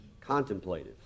contemplative